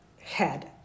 Head